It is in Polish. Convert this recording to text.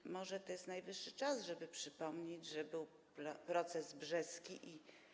I może to jest najwyższy czas, żeby przypomnieć, że był proces brzeski i